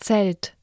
Zelt